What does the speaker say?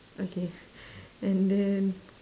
okay and then